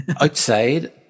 Outside